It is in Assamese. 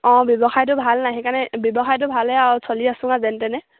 অঁ ব্যৱসায়টো ভাল নাই সেইকাৰণে ব্যৱসায়টো ভালেই আৰু চলি আছো আৰু যেনে তেনে